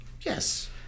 Yes